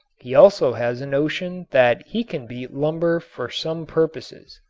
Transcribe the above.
he also has a notion that he can beat lumber for some purposes.